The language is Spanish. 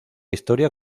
historia